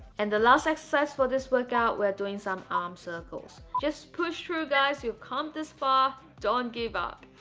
and the last exercise for this workout, we're doing some arm circles. just push through guys. you've come this far don't give up